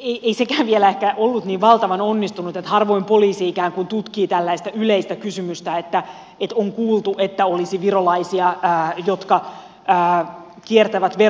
ei sekään vielä ehkä ollut niin valtavan onnistunut sikäli että harvoin poliisi ikään kuin tutkii tällaista yleistä kysymystä että on kuultu että olisi virolaisia jotka kiertävät veroja